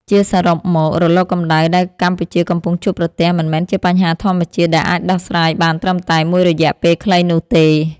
ជាសរុបមក រលកកម្ដៅដែលកម្ពុជាកំពុងជួបប្រទះ មិនមែនជាបញ្ហាធម្មតាដែលអាចដោះស្រាយបានត្រឹមតែមួយរយៈពេលខ្លីនោះទេ។